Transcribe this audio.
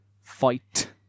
fight